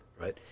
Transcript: Right